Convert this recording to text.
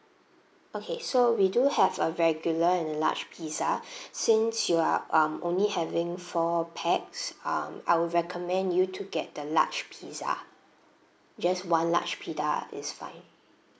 okay so we do have a regular and a large pizza since you are um only having four pax um I will recommend you to get the large pizza just one large pizza is fine